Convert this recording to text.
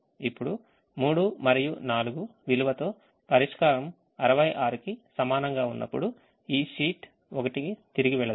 ఇప్పుడు 3 మరియు 4 విలువతో పరిష్కారం 66 కి సమానంగా ఉన్నప్పుడు ఈ షీట్ 1 కి తిరిగి వెళ్దాం